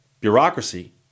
bureaucracy